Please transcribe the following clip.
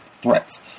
threats